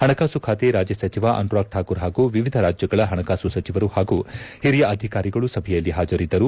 ಹಣಕಾಸು ಖಾತೆ ರಾಜ್ಯ ಸಚಿವ ಅನುರಾಗ್ ಠಾಕೂರ್ ಹಾಗೂ ವಿವಿಧ ರಾಜ್ಯಗಳ ಹಣಕಾಸು ಸಚಿವರು ಹಾಗೂ ಓರಿಯ ಅಧಿಕಾರಿಗಳು ಸಭೆಯಲ್ಲಿ ಹಾಜರಿದ್ದರು